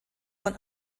von